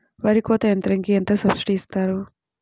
వరి కోత యంత్రంకి ఎంత సబ్సిడీ ఇస్తారు?